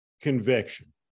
conviction